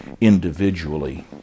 individually